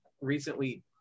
recently